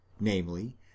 namely